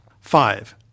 Five